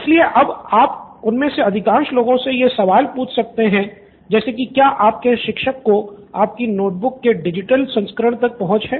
इसलिए अब आप उनमें से अधिकांश लोगों से यह सवाल पूछ सकते हैं जैसे कि क्या आपके शिक्षक को आपकी नोट बुक के डिजिटल संस्करण तक पहुँच है